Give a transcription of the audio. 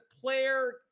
player